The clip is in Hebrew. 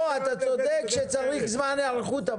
אתה צודק שצריך זמן היערכות,